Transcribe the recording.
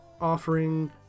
offering